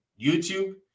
YouTube